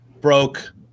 broke